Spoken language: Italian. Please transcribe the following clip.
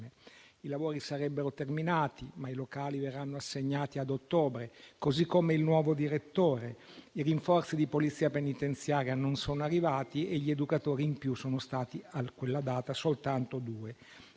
I lavori sarebbero terminati, ma i locali verranno assegnati ad ottobre, così come il nuovo direttore. I rinforzi di Polizia penitenziaria non sono arrivati e gli educatori in più erano, a quella data, soltanto due.